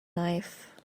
knife